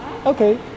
okay